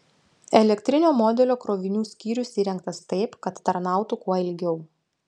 elektrinio modelio krovinių skyrius įrengtas taip kad tarnautų kuo ilgiau